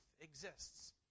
exists